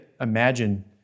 imagine